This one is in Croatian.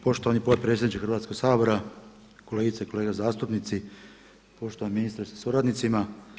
Poštovani potpredsjedniče Hrvatskog sabora, kolegice i kolege zastupnici, poštovani ministre sa suradnicima.